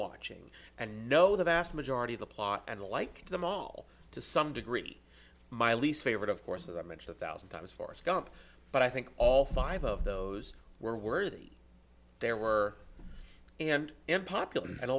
watching and know the vast majority of the plot and like them all to some degree my least favorite of course as i mentioned thousand times forrest gump but i think all five of those were worthy there were and and popular and a